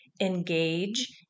engage